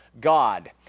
God